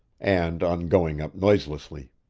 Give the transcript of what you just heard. and on going up noiselessly.